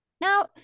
Now